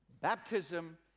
Baptism